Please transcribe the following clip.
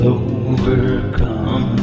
overcome